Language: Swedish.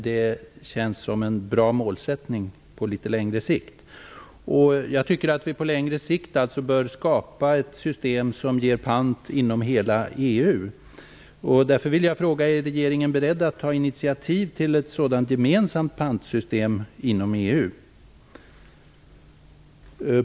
Det känns som en bra målsättning på litet längre sikt. Jag tycker att vi på litet längre sikt bör skapa ett system som ger pant inom hela EU. Därför vill jag fråga om regeringen är beredd att ta initiativ till ett sådant gemensamt pantsystem inom EU.